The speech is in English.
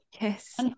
Yes